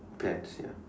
pants ya